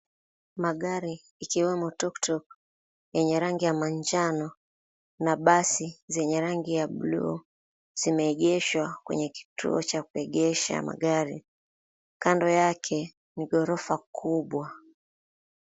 Magari ikiwemo tuktuk yenye rangi ya manjano na basi zenye rangi ya buluu, zimeegeshwa kwenye kituo cha kuegesha magari. Kando yake ni ghorofa kubwa.